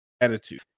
attitude